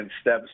steps